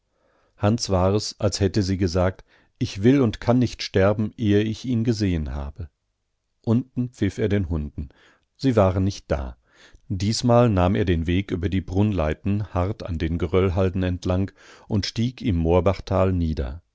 hans war es als hätte sie gesagt ich will und kann nicht sterben ehe ich ihn gesehen habe unten pfiff er den hunden sie waren nicht da diesmal nahm er den weg über die brunnleiten hart an den geröllhalden entlang und stieg im moorbachtal nieder